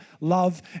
love